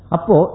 Apo